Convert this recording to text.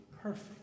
perfect